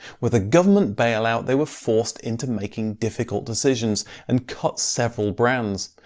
with a government bailout they were forced into making difficult decisions and cut several brands.